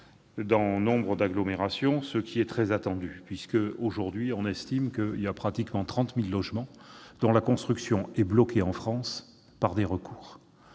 dans nombre d'agglomérations, ce qui est très attendu. Aujourd'hui, on estime à 30 000 le nombre de logements dont la construction est bloquée en France par des recours.